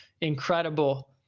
incredible